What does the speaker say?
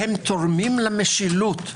הם תורמים למשילות.